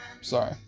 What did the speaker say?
Sorry